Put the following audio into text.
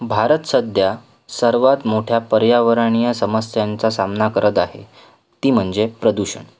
भारत सध्या सर्वात मोठ्या पर्यावरणीय समस्यांचा सामना करत आहे ती म्हणजे प्रदूषण